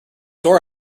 dora